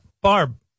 Barb